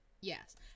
Yes